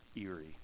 eerie